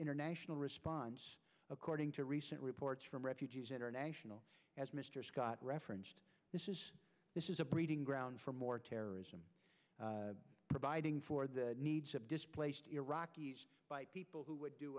international response according to recent reports from refugees international as mr scott referenced this is a breeding ground for more terrorism providing for the needs of displaced iraqis by people who would do